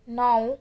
नौ